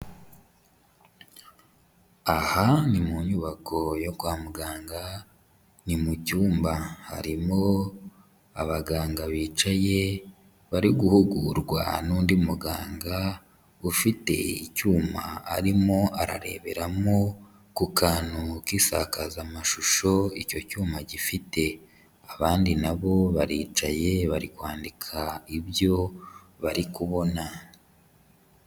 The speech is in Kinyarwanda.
Aha ni mu nyubako yo kwa muganga, ni mu cyumba harimo abaganga bicaye bari guhugurwa n'undi muganga, ufite icyuma arimo arareberamo ku kantu k'isakazamashusho icyo cyuma gifite, abandi na bo baricaye bari kwandika ibyo bari kubona.